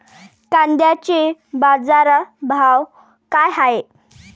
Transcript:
कांद्याचे बाजार भाव का हाये?